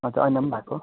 अच्छा ऐना पनि भएको